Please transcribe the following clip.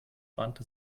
wandte